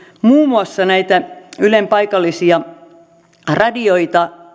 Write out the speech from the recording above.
muun muassa näitä ylen paikallisia radioita